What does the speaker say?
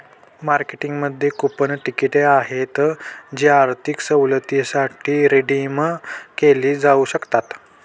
मार्केटिंगमध्ये कूपन तिकिटे आहेत जी आर्थिक सवलतींसाठी रिडीम केली जाऊ शकतात